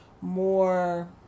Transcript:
more